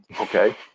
Okay